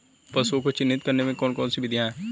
पशुओं को चिन्हित करने की कौन कौन सी विधियां हैं?